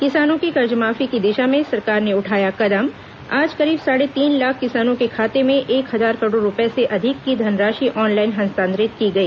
किसानों की कर्जमाफी की दिशा में सरकार ने उठाया कदम आज करीब साढ़े तीन लाख किसानों के खाते में एक हजार करोड़ रूपये से अधिक की धनराशि ऑनलाइन हस्तांतरित की गई